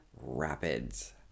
rapids